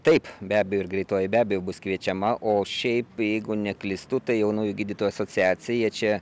taip be abejo ir greitoji be abejo bus kviečiama o šiaip jeigu neklystu tai jaunųjų gydytojų asociacija čia